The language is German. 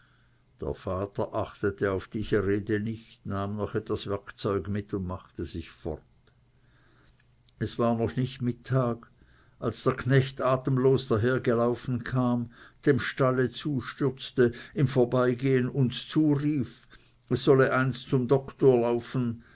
der vater achtete auf diese rede nicht nahm noch etwas werkzeug mit und machte sich fort es war noch nicht mittag als der knecht atemlos dahergelaufen kam dem stalle zustürzte im vorbeigehen uns zurief es solle eins zum doktor laufen